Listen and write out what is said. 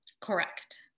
Correct